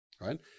Right